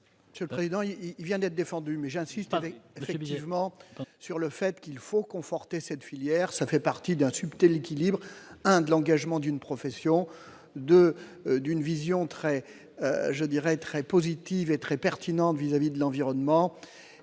Monsieur le président, il vient d'être défendu mais j'insiste : Paris primitivement sur le fait qu'il faut conforter cette filière, ça fait partie d'un subtil quilibre Inde de l'engagement d'une profession de d'une vision très, je dirai très positive et très pertinente vis-à-vis de l'environnement